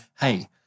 hey